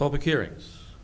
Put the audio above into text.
public hearings